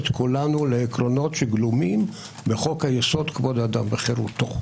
את כולנו לעקרונות שגלומים בחוק-יסוד: כבוד האדם וחירותו.